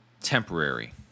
Temporary